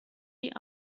die